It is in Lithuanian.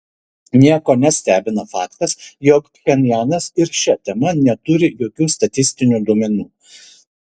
nieko nestebina faktas jog pchenjanas ir šia tema neturi jokių statistinių duomenų